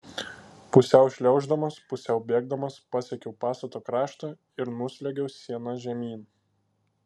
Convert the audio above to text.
pusiau šliauždamas pusiau bėgdamas pasiekiau pastato kraštą ir nusliuogiau siena žemyn